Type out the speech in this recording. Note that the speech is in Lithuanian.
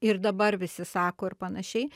ir dabar visi sako ir panašiai